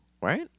right